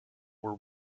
were